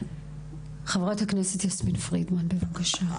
חברת הכנסת יסמין פרידמן בבקשה.